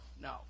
no